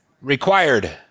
required